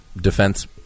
defense